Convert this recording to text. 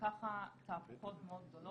הסעיף אומר שזה צריך להופיע ברשות המוטב.